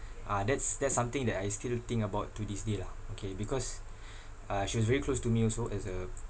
ah that's that's something that I still think about to this day lah okay because uh she was very close to me also as a